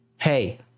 Hey